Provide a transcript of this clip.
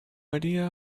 idea